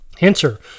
Answer